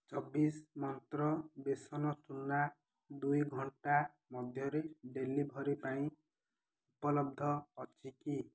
ଚବିଶ ମନ୍ତ୍ର ବେସନ ଚୂନା ଦୁଇ ଘଣ୍ଟା ମଧ୍ୟରେ ଡେଲିଭରି ପାଇଁ ଉପଲବ୍ଧ ଅଛି କି